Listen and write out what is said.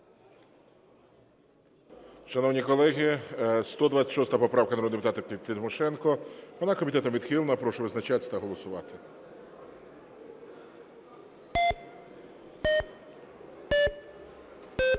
Шановні колеги, 126 поправка народного депутата Тимошенко. Вона комітетом відхилена. Прошу визначатися та голосувати. 14:48:36